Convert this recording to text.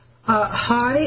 Hi